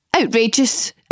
outrageous